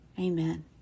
Amen